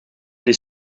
les